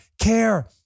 care